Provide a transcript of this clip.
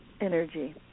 energy